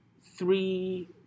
three